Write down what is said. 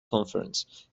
conference